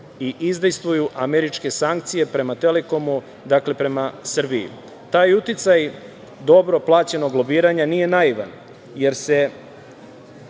i izdejstvuju američke sankcije prema „Telekomu“, dakle prema Srbiji. Taj uticaj dobro plaćenog lobiranja nije naivan, jer je